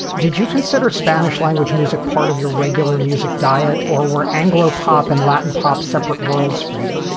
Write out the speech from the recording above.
did you consider spanish language music part of your regular music diet or were anglo pop and latin pop separate worlds for you?